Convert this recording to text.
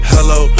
Hello